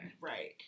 Right